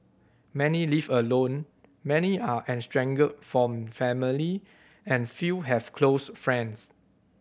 many live alone many are from family and few have close friends